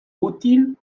útil